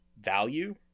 value